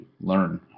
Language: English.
learn